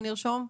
יהודה,